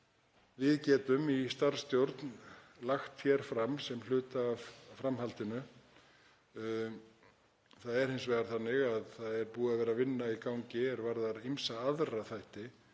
við getum í starfsstjórn lagt fram sem hluta af framhaldinu. Það er hins vegar þannig að það er búin að vera vinna í gangi er varðar ýmsa aðra þætti